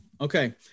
Okay